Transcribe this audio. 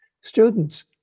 students